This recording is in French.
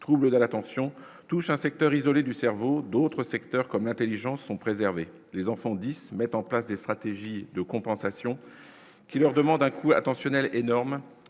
trouble de l'attention touche un secteur isolé du cerveau d'autres secteurs comme l'Intelligence sont préserver les enfants 10 mettent en place des stratégies de compensation qui leur demande un coup intentionnel énorme